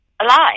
alive